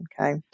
Okay